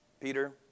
Peter